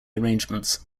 arrangements